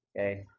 Okay